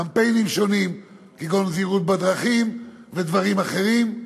קמפיינים שונים, כגון זהירות בדרכים ודברים אחרים.